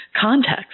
context